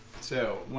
so